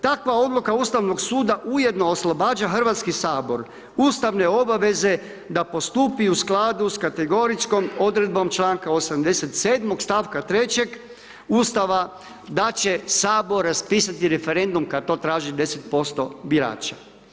Takva odluka Ustavnog suda ujedno oslobađa Hrvatski sabor ustavne obaveze da postupi u skladu s kategoričkom odredbom članka 87. stavka 3. Ustava da će sabor raspisati referendum kad to traži 10% birača.